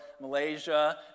Malaysia